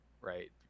right